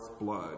blood